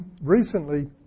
Recently